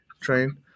train